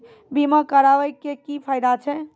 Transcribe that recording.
बीमा कराबै के की फायदा छै?